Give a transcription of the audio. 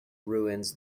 ruins